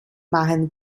machen